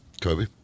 Kobe